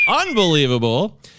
Unbelievable